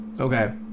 Okay